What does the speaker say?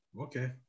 Okay